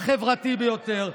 החברתי ביותר,